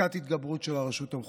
פסקת התגברות של הרשות המחוקקת,